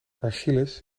achilles